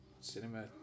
cinema